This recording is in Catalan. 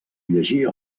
llegir